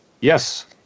Yes